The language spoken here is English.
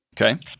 Okay